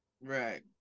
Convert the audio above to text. Right